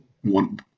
one